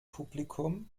publikum